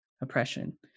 oppression